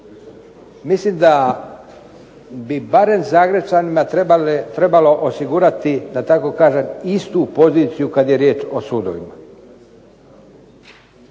mislim da bi barem Zagrepčanima trebalo osigurati da tako kažem istu poziciju kad je riječ o sudovima.